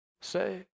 say